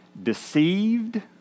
deceived